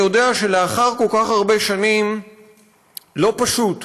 אני יודע שלאחר כך כל הרבה שנים לא פשוט